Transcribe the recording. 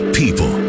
people